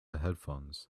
headphones